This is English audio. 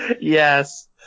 yes